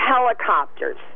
helicopters